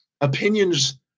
opinions